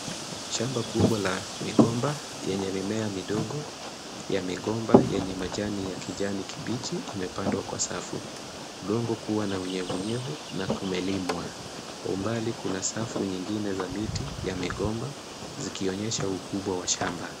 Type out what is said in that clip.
Shamba kubwa la migomba yenye mimea midogo, ya migomba yenye majani ya kijani kibichi imepandwa kwa safu, udongo kuwa na unyevunyevu na kumelimwa. Kwa umbali kuna safu nyingine za miti ya migomba zikionyesha ukubwa ya shamba.